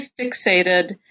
fixated